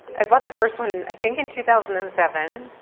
i bought the first one, i think, in two thousand and seven.